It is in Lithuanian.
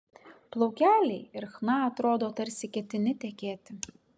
plaukeliai ir chna atrodo tarsi ketini tekėti